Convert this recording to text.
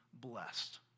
blessed